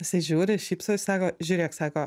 jisai žiūri šypsausi sako žiūrėk sako